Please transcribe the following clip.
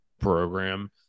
program